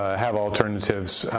ah have alternative